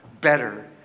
Better